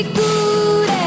good